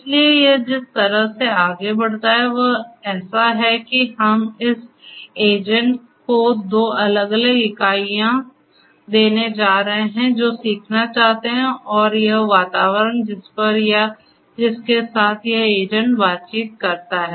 इसलिए यह जिस तरह से आगे बढ़ता है वह ऐसा है कि हम इस एजेंट को दो अलग अलग इकाइयां देने जा रहे हैं जो सीखना चाहते हैं और यह वातावरण जिस पर या जिसके साथ यह एजेंट बातचीत करता है